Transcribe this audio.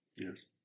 Yes